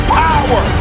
power